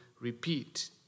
repeat